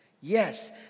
Yes